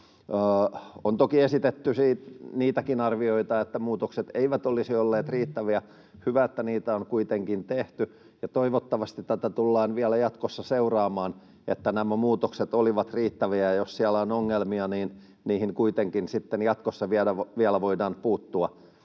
On toki esitetty niitäkin arvioita, että muutokset eivät olisi olleet riittäviä. Hyvä, että niitä on kuitenkin tehty, ja toivottavasti tätä tullaan vielä jatkossa seuraamaan, että nämä muutokset olivat riittäviä, ja jos siellä on ongelmia, niihin kuitenkin sitten jatkossa vielä voidaan puuttua,